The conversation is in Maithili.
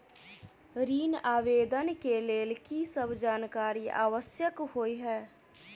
ऋण आवेदन केँ लेल की सब जानकारी आवश्यक होइ है?